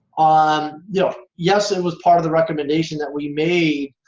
um yeah yes, it was part of the recommendation that we made.